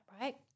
right